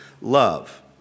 love